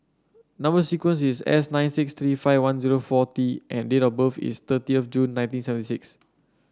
number sequence is S nine six three five one zero four T and date of birth is thirtieth of June nineteen seven six